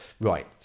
Right